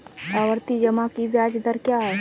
आवर्ती जमा की ब्याज दर क्या है?